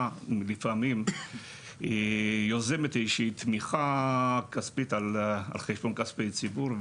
לפעמים יוזמת איזושהי תמיכה כספית מכספי ציבור.